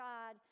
God